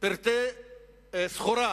פריטי סחורה,